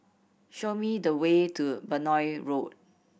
show me the way to Benoi Road